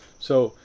so,